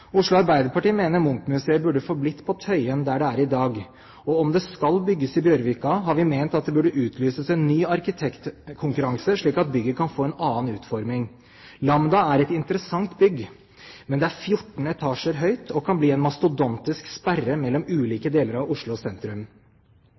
Oslo Arbeiderparti mener Munch-museet burde forblitt på Tøyen, der det er i dag. Og om det skal bygges i Bjørvika, har vi ment at det burde utlyses en ny arkitektkonkurranse, slik at bygget kan få en annen utforming. Lambda er et interessant bygg, men det er 14 etasjer høyt, og kan bli en mastodontisk sperre mellom